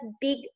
big